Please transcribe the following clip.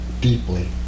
deeply